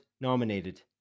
nominated